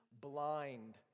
blind